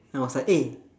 and I was like eh